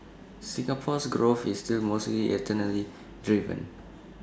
Singapore's growth is still mostly externally driven